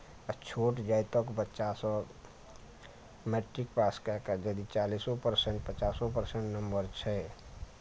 आ छोट जाइतक बच्चा सब मैट्रिक पास कए कऽ यदि चालीसो परसेन्ट पचासो परसेन्ट नम्बर छै